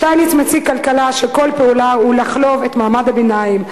שטייניץ מציג כלכלה שכל פועלה הוא לחלוב את מעמד הביניים,